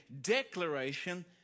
declaration